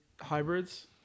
hybrids